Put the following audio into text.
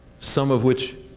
some of which,